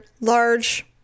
Large